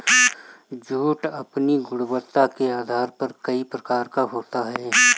jute अपनी गुणवत्ता के आधार पर कई प्रकार का होता है